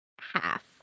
half